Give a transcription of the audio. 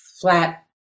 flat